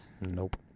Nope